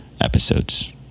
episodes